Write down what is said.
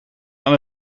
aan